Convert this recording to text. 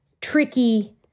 tricky